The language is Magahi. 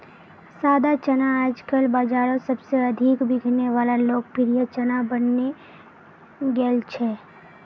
सादा चना आजकल बाजारोत सबसे अधिक बिकने वला लोकप्रिय चना बनने गेल छे